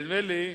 נדמה לי,